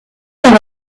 par